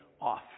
off